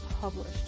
published